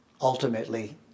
ultimately